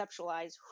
conceptualize